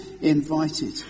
invited